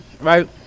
right